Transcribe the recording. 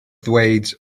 ddweud